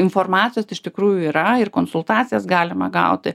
informacijos iš tikrųjų yra ir konsultacijas galima gauti